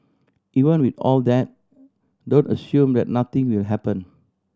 even with all that don't assume that nothing will happen